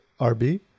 RB